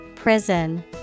prison